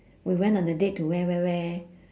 we went on a date to where where where